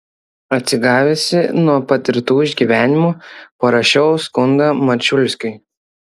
atsigavusi nuo patirtų išgyvenimų parašiau skundą mačiulskiui